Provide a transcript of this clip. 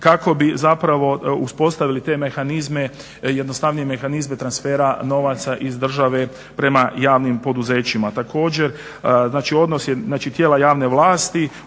kako bi zapravo uspostavili te mehanizme, jednostavnije mehanizme transfera novaca iz države prema javnim poduzećima.